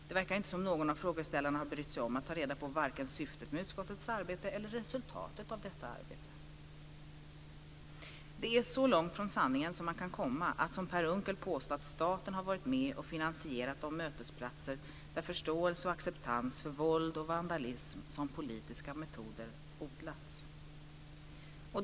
Det verkar inte som om någon av frågeställarna har brytt sig om att ta reda på vare sig syftet med utskottets arbete eller resultatet av detta arbete. Det är så långt från sanningen som man kan komma att som Per Unckel påstå att "staten har varit med och finansierat de mötesplatser där förståelse och acceptans för våld och vandalism som politiska metoder odlats".